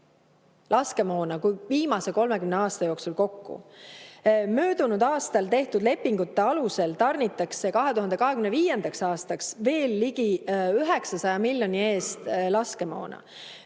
laskemoona kui viimase 30 aasta jooksul kokku! Möödunud aastal tehtud lepingute alusel tarnitakse 2025. aastaks veel ligi 900 miljoni eest laskemoona. Nüüd,